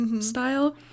style